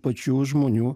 pačių žmonių